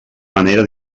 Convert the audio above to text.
manera